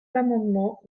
l’amendement